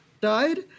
died